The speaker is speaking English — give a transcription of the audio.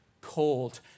called